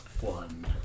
one